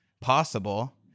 possible